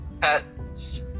pets